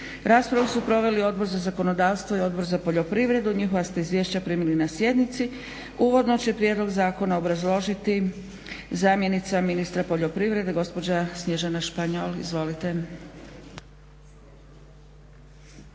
Raspravu su proveli Odbor za zakonodavstvo i Odbor za poljoprivredu, njihova ste izvješća primili na sjednici. Uvodno će prijedlog zakona obrazložiti zamjenica ministra poljoprivrede gospođa Snježana Španjol. Izvolite.